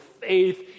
faith